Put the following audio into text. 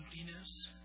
emptiness